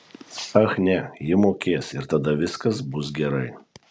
ach ne ji mokės ir tada viskas bus gerai